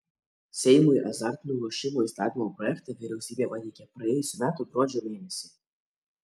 seimui azartinių lošimų įstatymo projektą vyriausybė pateikė praėjusių metų gruodžio mėnesį